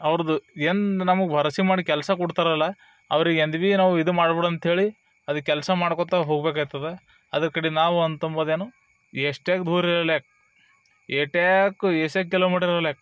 ಅವರದು ಏನು ನಮಗೆ ಭರೋಸೆ ಮಾಡಿ ಕೆಲಸ ಕೊಡ್ತರಲಾ ಅವ್ರಿಗೆ ಎಂದು ಭಿ ನಾವು ಇದು ಮಾಡ್ಬಾಡ್ದು ಅಂತ ಹೇಳಿ ಅದು ಕೆಲಸ ಮಾಡ್ಕೋತಾ ಹೋಗಬೇಕಾಯ್ತದ ಅದರ ಕಡಿಂದ ನಾವು ಅಂತ ಅಂಬೋದೇನು ಎಷ್ಟೇ ದೂರ ಇರಲ್ಯಾಕ ಏಟೇ ಕ್ ಎಸೆ ಕಿಲೋಮೀಟರ್ ಇರಲ್ಯಾಕ